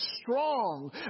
strong